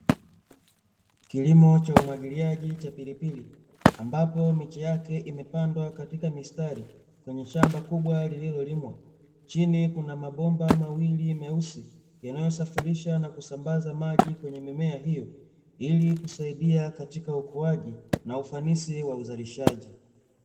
Kilimo cha umwagiliaji cha pilipili, ambapo miche yake imepandwa katika mistari kwenye shamba kubwa lililolimwa. Chini kuna mabomba mawili meusi, yanayosafirisha na kusambaza maji kwenye mimea hiyo, ili kusaidia katika ukuaji na ufanisi wa uzalishaji.